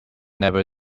never